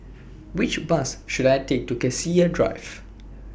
Which Bus should I Take to Cassia Drive